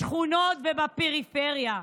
בשכונות ובפריפריה.